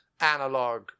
analog